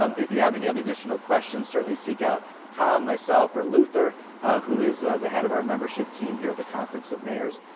um if you have any other additional questions, certainly seek out tom, myself, or luther who is the head of our membership team here at the conference of mayors.